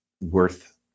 worth